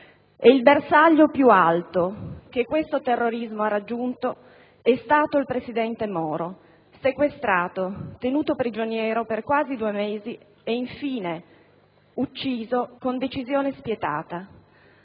ed il bersaglio più alto che questo terrorismo ha raggiunto è stato il presidente Moro, sequestrato, tenuto prigioniero per quasi due mesi e infine ucciso con decisione spietata.